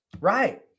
Right